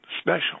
special